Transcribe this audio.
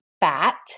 Fat